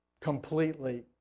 completely